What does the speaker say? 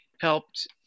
helped